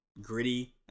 gritty